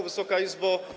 Wysoka Izbo!